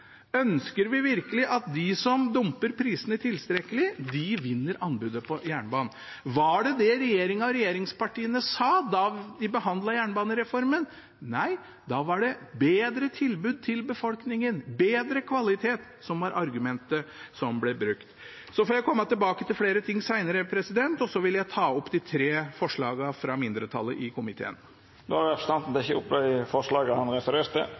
Ønsker vi virkelig at de som dumper prisene tilstrekkelig, vinner anbudet på jernbanen? Var det det regjeringen og regjeringspartiene sa da vi behandlet jernbanereformen? Nei, da var det bedre tilbud til befolkningen og bedre kvalitet som var argumentet som ble brukt. Jeg får komme tilbake til flere ting senere, og så vil jeg ta opp de tre forslagene fra mindretallet i komiteen. Representanten Sverre Myrli har teke opp dei forslaga han refererte til.